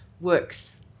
works